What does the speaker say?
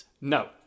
no